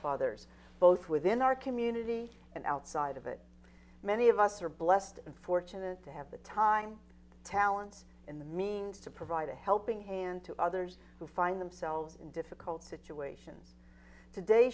others both within our community and outside of it many of us are blessed and fortunate to have the time talents in the means to provide a helping hand to others who find themselves in difficult situations today